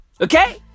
Okay